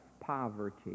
poverty